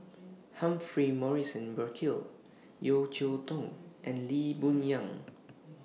Humphrey Morrison Burkill Yeo Cheow Tong and Lee Boon Yang